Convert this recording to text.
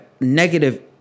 negative